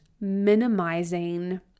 minimizing